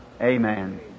Amen